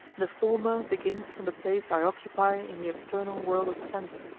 the former begins from the place i occupy in the external world of sense,